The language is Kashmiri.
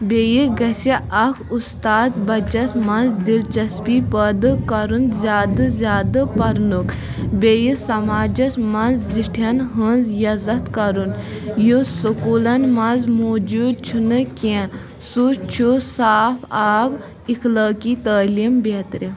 بیٚیہِ گژھِ اکھ اُستاد بَچس منٛز دِلچسپی پٲدٕ کَرُن زیادٕ زیادٕ پَرنُک بیٚیہِ سماجس منٛز زِٹھٮ۪ن ہِنٛز عزت کَرُن یُس سکوٗلن منٛز موجوٗد چھُ نہٕ کیٚنٛہہ سُہ چھُ صاف آب اِخلٲقی تعلیٖم بیترِ